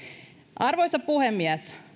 arvoisa puhemies